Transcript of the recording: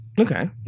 Okay